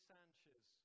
Sanchez